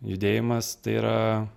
judėjimas tai yra